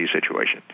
situation